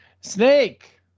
Snake